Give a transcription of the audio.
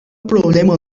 problemo